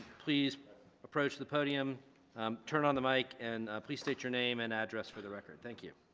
please approach the podium um turn on the mic and please state your name and address for the record thank you.